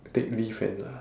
take leave and uh